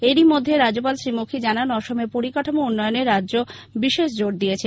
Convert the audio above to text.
এরই মধ্যে রাজ্যপাল শ্রী মুখী জানান অসমের পরিকাঠামো উন্নয়নে রাজ্য বিশেষ জোর দিয়েছে